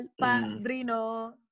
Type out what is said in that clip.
padrino